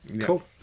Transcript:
Cool